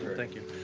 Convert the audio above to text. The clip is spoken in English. thank you.